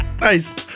nice